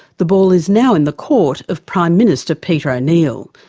the ball is now in the court of prime minister peter o'neill.